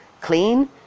clean